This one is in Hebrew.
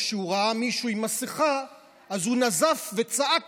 כשהוא ראה מישהו עם מסכה הוא נזף וצעק